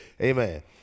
amen